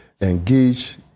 engage